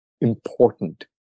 important